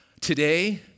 today